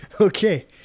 Okay